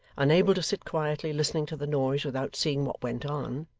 unable to sit quietly listening to the noise without seeing what went on,